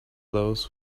those